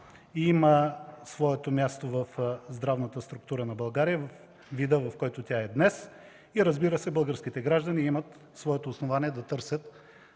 има своето място в здравната структура на България във вида, в който тя е днес. И, разбира се, българските граждани имат своето основание да търсят